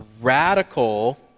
radical